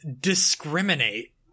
discriminate